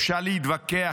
אפשר להתווכח,